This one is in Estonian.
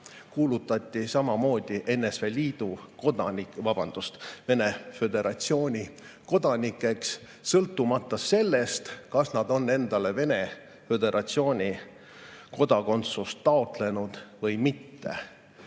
kuulutati samamoodi NSV Liidu kodanikeks, vabandust, Venemaa Föderatsiooni kodanikeks, sõltumata sellest, kas nad on endale Venemaa Föderatsiooni kodakondsust taotlenud või mitte.